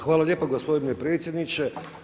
Hvala lijepo gospodine predsjedniče.